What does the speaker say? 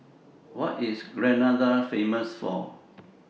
What IS Grenada Famous For